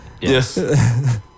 Yes